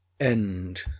End